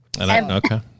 Okay